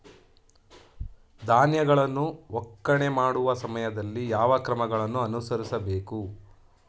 ಧಾನ್ಯಗಳನ್ನು ಒಕ್ಕಣೆ ಮಾಡುವ ಸಮಯದಲ್ಲಿ ಯಾವ ಕ್ರಮಗಳನ್ನು ಅನುಸರಿಸಬೇಕು?